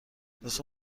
لطفا